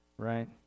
Right